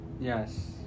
yes